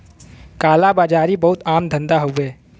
काला बाजारी बहुते आम धंधा हउवे